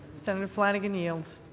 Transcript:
senator flanagan yields.